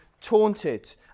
taunted